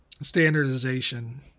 standardization